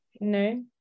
No